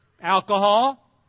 alcohol